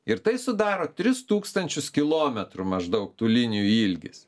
ir tai sudaro tris tūkstančius kilometrų maždaug tų linijų ilgis